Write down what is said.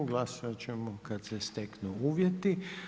Glasovat ćemo kad se steknu uvjeti.